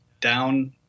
down